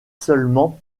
seulement